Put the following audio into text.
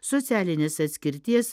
socialinės atskirties